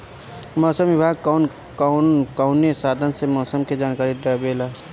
मौसम विभाग कौन कौने साधन से मोसम के जानकारी देवेला?